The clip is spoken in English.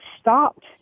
stopped